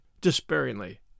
despairingly